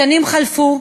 השנים חלפו,